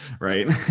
right